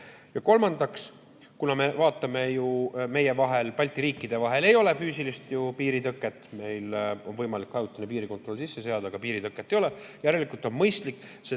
Ja kolmandaks. Kuna me vaatame, et meie Balti riikide vahel ei ole füüsilist piiritõket, meil on võimalik ajutine piirikontroll sisse seada, aga piiritõket ei ole, siis järelikult on mõistlik